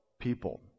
people